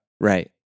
Right